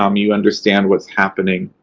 um you understand what's happening.